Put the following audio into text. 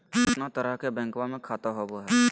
कितना तरह के बैंकवा में खाता होव हई?